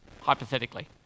hypothetically